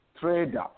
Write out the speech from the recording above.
Trader